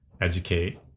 educate